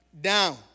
down